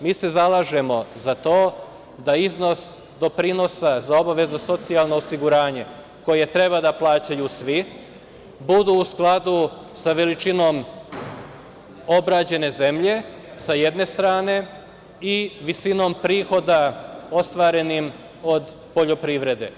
Mi se zalažemo za to da iznos doprinosa za obavezno socijalno osiguranje, koje treba da plaćaju svi, bude u skladu sa veličinom obrađene zemlje, sa jedne strane, i visinom prihoda ostvarenim od poljoprivrede.